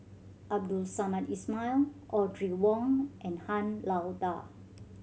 Abdul Samad Ismail Audrey Wong and Han Lao Da